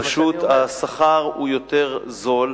פשוט השכר הוא יותר זול,